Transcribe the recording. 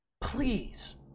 Please